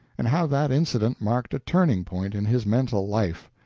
and how that incident marked a turning-point in his mental life.